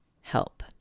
help